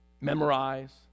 memorize